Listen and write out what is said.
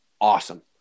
awesome